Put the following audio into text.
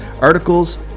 articles